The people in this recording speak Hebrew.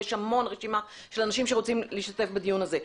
ויש רשימה ארוכה של אנשים שרוצים להשתתף בדיון הזה.